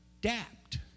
adapt